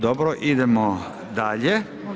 Dobro, idemo dalje.